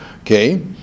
okay